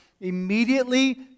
immediately